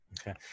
Okay